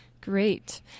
Great